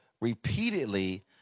repeatedly